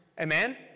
Amen